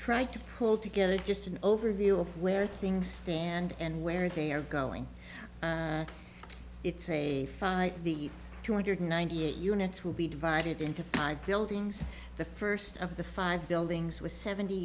try to pull together just an overview of where things stand and where they are going it's a the two hundred ninety eight units will be divided into five buildings the first of the five buildings with seventy